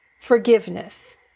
forgiveness